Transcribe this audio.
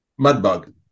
Mudbug